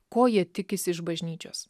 ko jie tikisi iš bažnyčios